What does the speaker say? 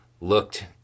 looked